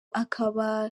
akaba